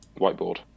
whiteboard